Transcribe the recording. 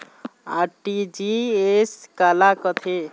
RTGS काला कथें?